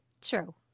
True